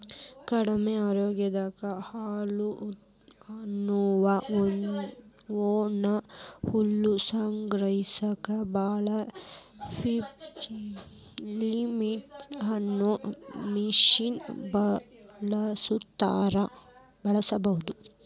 ಕಟಾವ್ ಆಗಿರೋ ಹುಲ್ಲು ಅತ್ವಾ ಒಣ ಹುಲ್ಲನ್ನ ಸಾಗಸಾಕ ಬೇಲ್ ಲಿಫ್ಟರ್ ಅನ್ನೋ ಮಷೇನ್ ಬಳಸ್ಬಹುದು